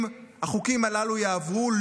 אם החוקים הללו יעברו,